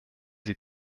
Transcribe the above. sie